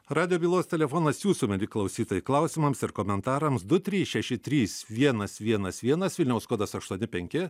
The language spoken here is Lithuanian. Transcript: radijo bylos telefonas jūsų mieli klausytojai klausimams ir komentarams du trys šeši trys vienas vienas vienas vilniaus kodas aštuoni penki